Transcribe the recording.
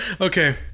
okay